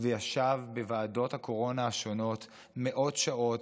וישב בוועדות הקורונה השונות מאות שעות,